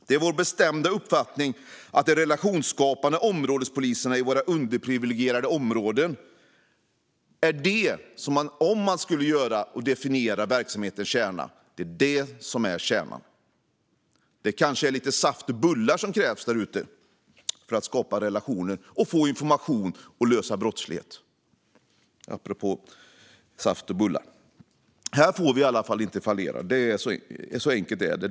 Det är vår bestämda uppfattning att de relationsskapande områdespoliserna i våra underprivilegierade områden är verksamhetens kärna. Det kanske är lite saft och bullar som krävs där ute för att skapa relationer och för att få information och lösa brottslighet - apropå saft och bullar. Här får det inte fallera. Så enkelt är det.